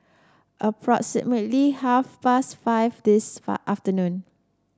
approximately half past five this afternoon